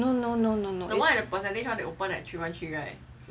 no no no no no